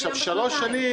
שלוש שנים